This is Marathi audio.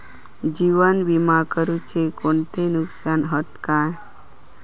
जीवन विमा करुचे कोणते नुकसान हत काय?